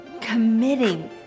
committing